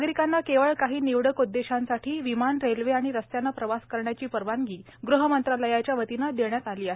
नागरिकांना केवळ काही निवडक उददेशांसाठी विमान रेल्वे आणि रस्त्याने प्रवास करण्याची परवानगी ग़ह मंत्रालयाच्या वतीने देण्यात आली आहे